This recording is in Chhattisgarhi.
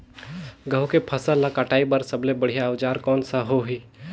गहूं के फसल ला कटाई बार सबले बढ़िया औजार कोन सा होही?